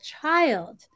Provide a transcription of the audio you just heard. child